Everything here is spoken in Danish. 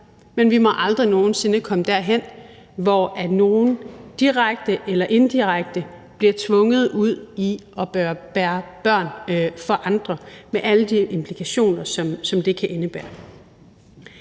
men vi må aldrig nogen sinde komme derhen, hvor nogen direkte eller indirekte bliver tvunget ud i at bære børn for andre med alle de implikationer, som det kan indebære.